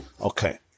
Okay